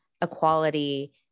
equality